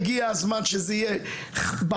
הגיע הזמן שזה יהיה בחוק,